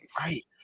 right